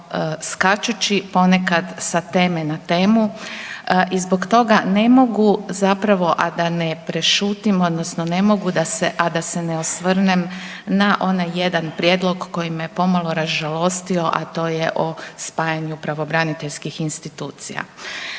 skačući ponekad sa teme na temu i zbog toga ne mogu zapravo, a da ne prešutim odnosno ne mogu da se ne osvrnem na onaj jedan prijedlog koji me je pomalo ražalostio, a to je o spajanju pravobraniteljskih institucija.